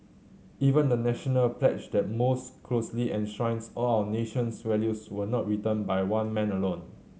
even the National pledge that most closely enshrines all our nation's values was not written by one man alone